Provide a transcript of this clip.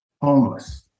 homeless